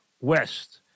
West